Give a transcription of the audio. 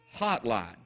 Hotline